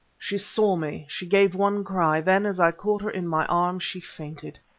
she saw me, she gave one cry, then, as i caught her in my arms, she fainted.